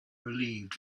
relieved